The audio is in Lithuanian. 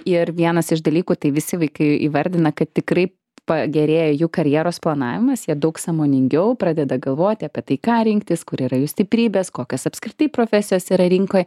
ir vienas iš dalykų tai visi vaikai įvardina kad tikrai pagerėja jų karjeros planavimas jie daug sąmoningiau pradeda galvoti apie tai ką rinktis kur yra jų stiprybės kokios apskritai profesijos yra rinkoj